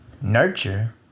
nurture